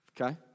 Okay